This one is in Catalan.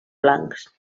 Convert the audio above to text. blancs